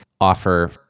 offer